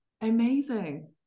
Amazing